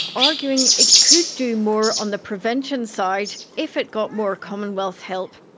arguing it could do more on the prevention side, if it got more commonwealth help.